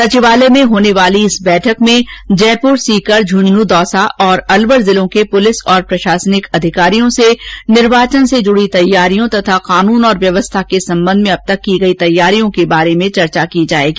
सचिवालय में होने वाली बैठक में जयपुर सीकर झंझनें दौसा और अलवर जिलों के पुलिस और प्रशासनिक अधिकारियों से निर्वाचन से जुड़ी तैयारियां तथा कानून और व्यवस्था के संबंध में अब तक की गई तैयारियों के बारे में चर्चा की जाएगी